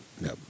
No